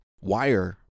wire